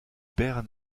bern